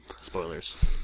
Spoilers